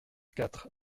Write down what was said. quatre